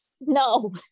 No